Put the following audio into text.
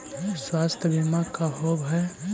स्वास्थ्य बीमा का होव हइ?